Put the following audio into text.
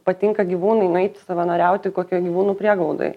patinka gyvūnai nueiti savanoriauti kokioj gyvūnų prieglaudoj